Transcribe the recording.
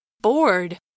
Bored